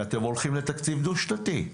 ואתם הולכים לתקציב דו שנתי,